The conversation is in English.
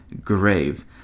grave